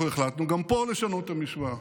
אנחנו החלטנו גם פה לשנות את המשוואה,